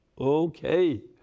Okay